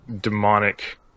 demonic